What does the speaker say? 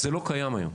זה לא קיים היום.